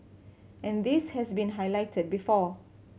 and this has been highlighted before